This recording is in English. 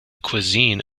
cuisine